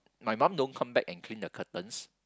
my mum don't come back and clean the curtains